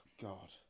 God